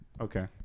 okay